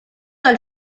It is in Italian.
dal